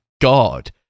God